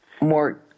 more